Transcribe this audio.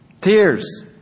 Tears